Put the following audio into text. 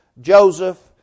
Joseph